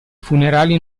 funerali